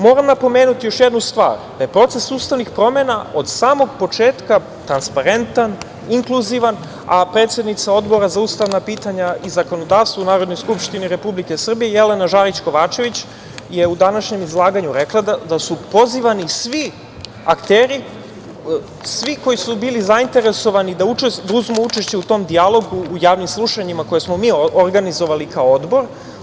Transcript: Moram napomenuti još jednu stvar, da proces ustavnih promena od samog početka je transparentan, inkluzivan, a predsednica Odbora za ustavna pitanja i zakonodavstvo u Narodnoj skupštini Republike Srbije Jelena Žarić Kovačević, je u današnjem izlaganju rekla da su pozivani svi akteri, svi koji su bili zainteresovani da uzmu učešće u tom dijalogu, u javnim slušanjima koje smo mi organizovali kao Odbor.